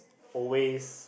always